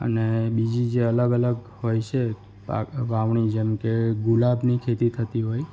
અને બીજી જે અલગ અલગ હોય છે પાક વાવણી જેમ કે ગુલાબની ખેતી થતી હોય